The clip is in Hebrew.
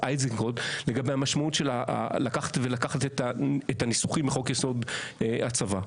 איזנקוט לגבי לקחת את הניסוחים מחוק-יסוד: הצבא.